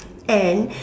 and